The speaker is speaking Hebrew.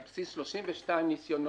על בסיס 32 ניסיונות,